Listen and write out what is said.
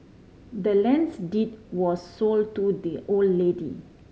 the land's deed was sold to the old lady